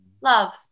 Love